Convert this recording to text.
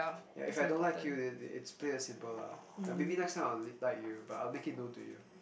ya if I don't like you then it it's plain and simple lah like maybe next time I'll l~ like you but I will make it known to you